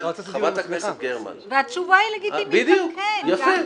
חברת הכנסת גרמן --- והתשובה היא לגיטימית גם כן.